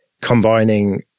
combining